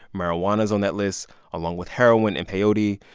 marijuana is on that list along with heroin and peyote,